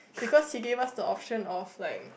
because he gave us the option of like